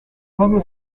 joango